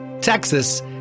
Texas